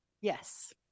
Yes